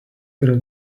yra